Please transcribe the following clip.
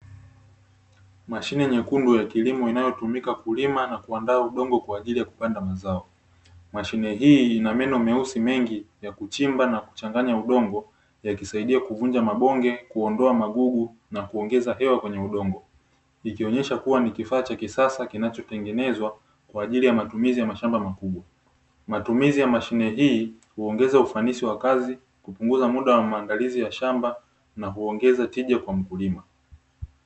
Mashine nyekundu ya kilimo inayotumika kulima na kuuandaa udongo kwa ajili ya kupanda mazao. Mashine hii ina meno meusi mengi ya kuchimba na kuchanganya udongo yakisaidia kuvunja mabongee kuondoa magugu na kusaidia kuongeza hewa kwenye udongo . Ikionyesha kuwa ni kifaa cha kisasa kinachotengeneza kwaajili ya matumizi ya mashamba makubwa. Matumizi ya mashine hii huongeza ufanisi wa kazi, kupunguza muda wamaamdalizi ya shamba na kuongeza tija kwa mkulima .